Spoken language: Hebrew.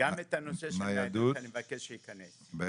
אני מבקש שייכנס, בבקשה.